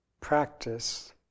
practice